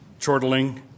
chortling